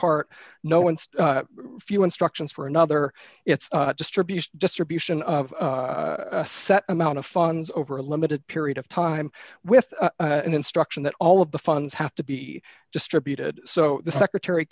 part no one's few instructions for another it's just distribution of a set amount of funds over a limited period of time with an instruction that all of the funds have to be distributed so the secretary